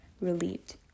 relieved